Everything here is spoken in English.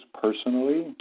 personally